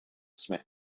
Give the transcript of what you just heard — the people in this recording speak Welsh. smith